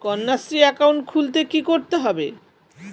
Kanyashree account খুলতে কী করতে হবে?